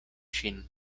ŝin